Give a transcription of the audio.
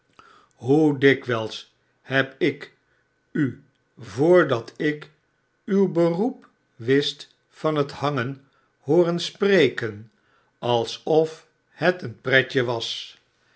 hoe dikwijls heb ik u voordat ik uw beroep wist van hethangen hporen spreken alsof het een pretje was